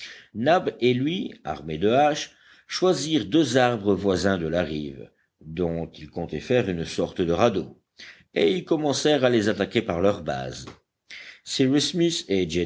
nab et lui armés de haches choisirent deux arbres voisins de la rive dont ils comptaient faire une sorte de radeau et ils commencèrent à les attaquer par leur base